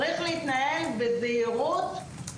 צריך להתנהל בזהירות,